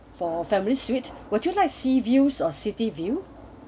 for family suite would you like sea views or city view